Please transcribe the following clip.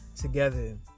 together